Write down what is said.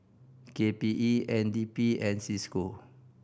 K P E N D P and Cisco